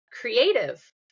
creative